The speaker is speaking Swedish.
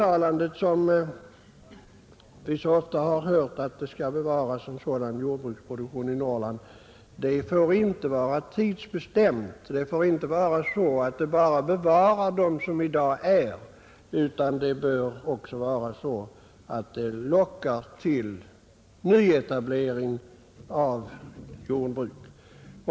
Vi hör ofta uttalanden att jordbruket i Norrland skall bevaras. Det får inte innebära att vi bara skall bevara sådana jordbruk som i dag finns, utan stödet bör utformas så att det lockar till nyetablering av jordbruk.